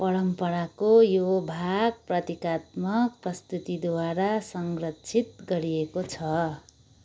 परम्पराको यो भाग प्रतीकात्मक प्रस्तुतिद्वारा संरक्षित गरिएको छ